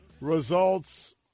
results